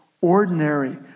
ordinary